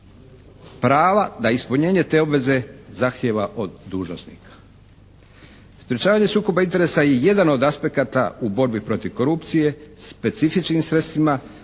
prava da ispunjenje te obveze zahtijeva od dužnosnika. Sprječavanje sukoba interesa je jedan od aspekata u borbi protiv korupcije specifičnim sredstvima